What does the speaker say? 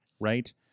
right